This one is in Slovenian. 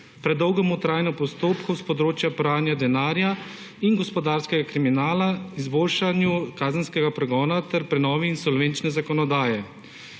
predolgemu trajanju postopkov s področja pranja denarja in gospodarskega kriminala, izboljšanju kazenskega pregona ter prenovi insolvenčne zakonodaje.